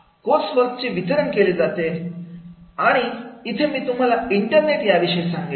course work चे वितरण केले जाते आणि इथे मी तुम्हाला इंटरनेट याविषयी सांगेल